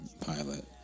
pilot